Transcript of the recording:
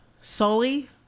Sully